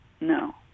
No